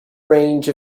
range